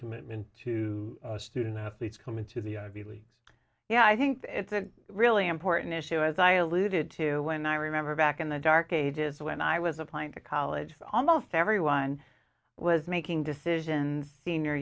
commitment to student athletes coming to the ivy league yeah i think it's a really important issue as i alluded to when i remember back in the dark ages when i was applying to college almost everyone was making decisions senior